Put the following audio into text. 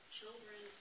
children